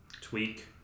tweak